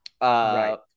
Right